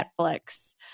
Netflix